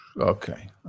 okay